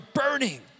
burning